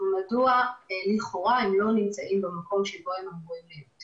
מדוע הם לכאורה לא נמצאים במקום שבו הם אמורים להיות.